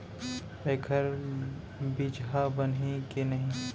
एखर बीजहा बनही के नहीं?